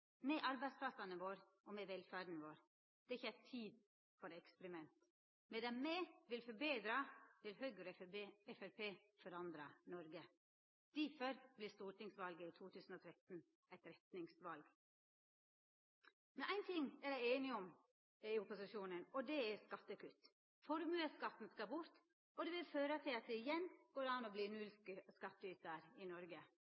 me vil forbetra, vil Høgre og Framstegspartiet forandra Noreg. Difor vert stortingsvalet i 2013 eit retningsval. Ein ting opposisjonen er samde om, er skattekutt. Formuesskatten skal bort. Det vil føra til at det igjen går an å verta nullskattytar i Noreg.